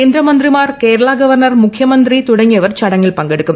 കേന്ദ്ര മന്ത്രിമാർ കേരള ഗവർണർ മുഖ്യമന്ത്രി തുടങ്ങിയവർ ചടങ്ങിൽ പങ്കെടുക്കും